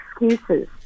excuses